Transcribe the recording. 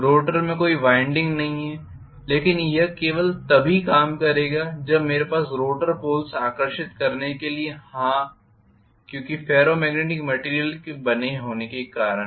rotor में कोई winding नहीं है लेकिन यह केवल तभी काम करेगा जब मेरे पास रोटर पोल्स आकर्षित करने के लिए हों क्यूंकि फेरो मॅग्नेटिक मेटीरियल के बने होने के कारण